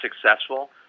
successful